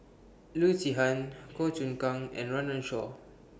Loo Zihan Goh Choon Kang and Run Run Shaw